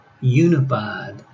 unified